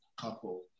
couple